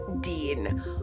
Dean